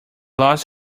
loss